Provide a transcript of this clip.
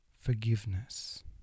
forgiveness